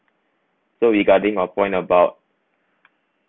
so regarding of point about